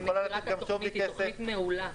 אני מכירה את התכנית, היא תכנית מעולה.